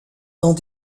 dans